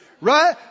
Right